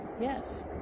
Yes